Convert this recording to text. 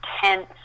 tense